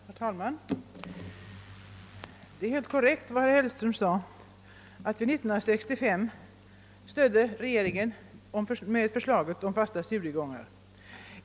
Herr talman! Det är helt korrekt att vi, som herr Hellström sade, 1965 stödde regeringens förslag om fasta studiegångar.